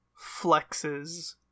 Flexes